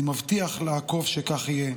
אני מבטיח לעקוב שכך יהיה.